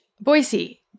Boise